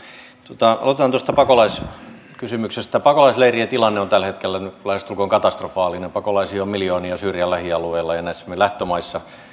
aloitetaan tuosta pakolaiskysymyksestä pakolaisleirien tilanne on nyt tällä hetkellä lähestulkoon katastrofaalinen pakolaisia on miljoonia syyrian lähialueilla ja näissä lähtömaissa ja